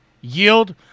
Yield